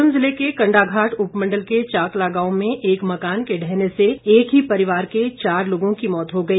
सोलन जिले के कंडाघाट उपमंडल के चाकला गांव में एक मकान के ढहने से एक ही परिवार के चार लोगों की मौत हो गई